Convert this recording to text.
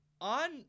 on